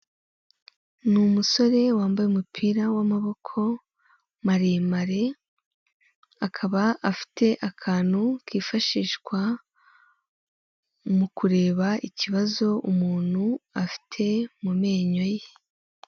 Ni umusore wambaye umupira w'amaboko maremare, akaba afite akantu kifashishwa mu kureba ikibazo umuntu afite mu menyo ye.